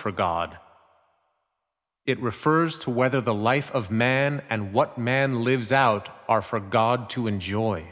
for god it refers to whether the life of man and what man lives out are for god to enjoy